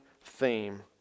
theme